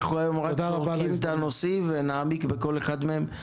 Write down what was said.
היום אנחנו רק זורקים את הנושאים ונעמיק בכל אחד מהם.